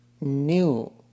new